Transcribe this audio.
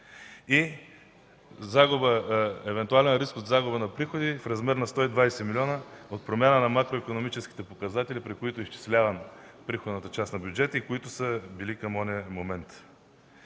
Има евентуален риск от загуба на приходи в размер на 120 млн. лв. от промяната на макроикономическите показатели, по които е изчислявана приходната част на бюджета и които са били към онзи момент.